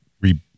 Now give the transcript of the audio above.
re